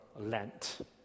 Lent